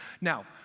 Now